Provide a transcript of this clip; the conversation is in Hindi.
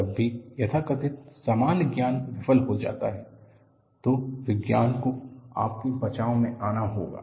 जब भी तथाकथित सामान्य ज्ञान विफल हो जाता है तो विज्ञान को आपके बचाव में आना होगा